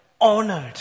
honored